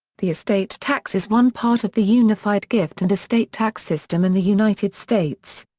the estate tax is one part of the unified gift and estate tax system in the united states.